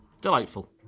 Delightful